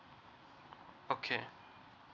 okay